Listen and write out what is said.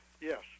Yes